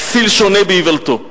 כסיל שונה באיוולתו.